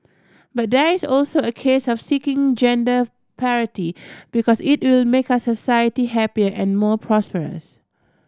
but there is also a case of seeking gender parity because it will make our society happier and more prosperous